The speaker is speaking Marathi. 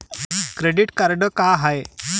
क्रेडिट कार्ड का हाय?